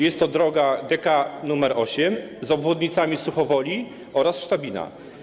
Jest to droga DK nr 8 z obwodnicami Suchowoli oraz Sztabina.